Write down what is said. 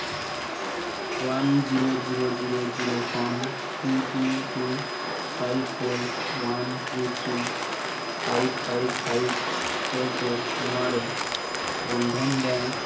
one zero zero zero zero ᱠᱷᱚᱱ two two two five four one three three five five five four four ᱱᱚᱣᱟ ᱨᱮ Bandhan bank